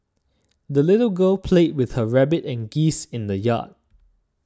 the little girl played with her rabbit and geese in the yard